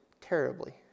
terribly